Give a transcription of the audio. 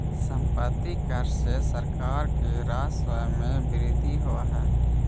सम्पत्ति कर से सरकार के राजस्व में वृद्धि होवऽ हई